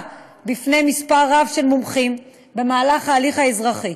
בפני מספר רב של מומחים במהלך ההליך האזרחי.